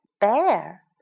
Bear